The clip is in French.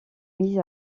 mises